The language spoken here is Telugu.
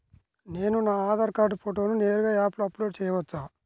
నేను నా ఆధార్ కార్డ్ ఫోటోను నేరుగా యాప్లో అప్లోడ్ చేయవచ్చా?